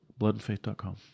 bloodandfaith.com